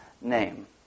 name